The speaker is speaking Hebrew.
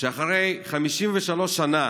שאחרי 53 שנה,